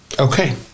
Okay